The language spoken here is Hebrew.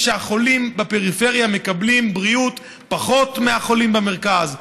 שהחולים בפריפריה מקבלים בריאות פחות מהחולים במרכז,